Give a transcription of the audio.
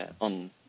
on